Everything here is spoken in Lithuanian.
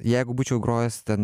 jeigu būčiau grojęs ten